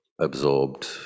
absorbed